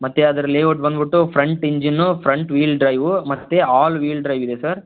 ಮತ್ತು ಅದರ ಲೇಔಟ್ ಬಂದ್ಬಿಟ್ಟು front engine front wheel drive ಮತ್ತು ಆಲ್ ವೀಲ್ ಡ್ರೈವಿದೆ ಸರ್